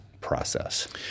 process